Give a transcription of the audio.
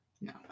No